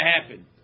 happen